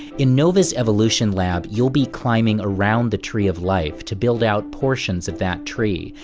in nova's evolution lab, you'll be climbing around the tree of life to build out portions of that tree.